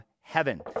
heaven